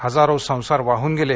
हजारो संसार वाहून गेले